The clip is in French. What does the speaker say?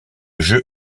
jeu